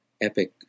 epic